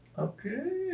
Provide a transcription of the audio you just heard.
okay.